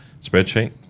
spreadsheet